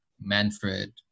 Manfred